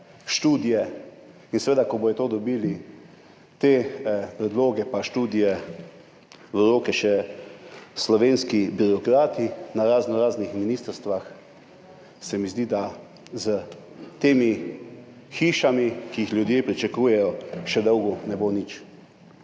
študije. In seveda, ko bodo to dobili, te predloge pa študije, v roke še slovenski birokrati na raznoraznih ministrstvih, se mi zdi, da s temi hišami, ki jih ljudje pričakujejo, še dolgo ne bo nič.